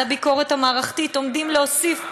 לביקורת המערכתית עומדים להוסיף,